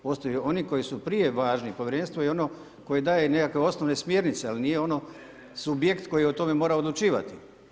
Postoje oni koji su prije važni, Povjerenstvo je ono koje daje nekakve osnovne smjernice, ali nije ono, subjekt koji o tome mora odlučivati.